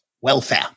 welfare